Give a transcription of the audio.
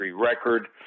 record